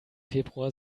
februar